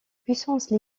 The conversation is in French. puissance